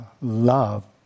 love